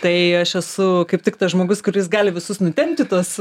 tai aš esu kaip tik tas žmogus kuris gali visus nutempt į tuos